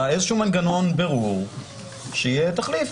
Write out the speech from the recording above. מנגנון בירור שיהיה תחליף.